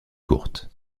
courte